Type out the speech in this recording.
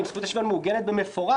אם זכות השוויון מעוגנת במפורש,